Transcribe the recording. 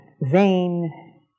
vain